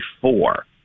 four